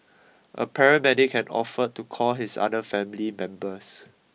a paramedic had offered to call his other family members